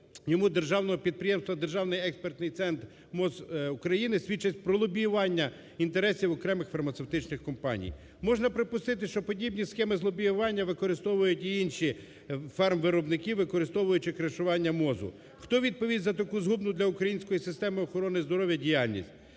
йому державного підприємства "Державний експертний центр МОЗ України" свідчить про лобіювання інтересів окремих фармацевтичних компаній. Можна припустити, що подібні схеми з лобіювання використовують і інші фармвиробники, використовуючи кришування МОЗу. Хто відповість за таку згодну для української системи охорони здоров'я діяльність?